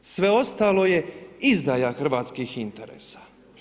Sve ostalo je izdaja hrvatskih interesa.